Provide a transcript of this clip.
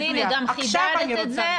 עכשיו אני רוצה את זה,